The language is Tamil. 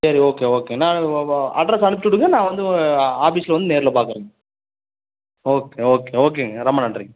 சரி ஓகே ஓகே நான் அட்ரஸ் அனுப்பிச்சுடுங்க நான் வந்து ஆபிஸில் வந்து நேரில் பார்க்கறங்க ஓகே ஓகே ஓகேங்க ரொம்ப நன்றிங்க